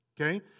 okay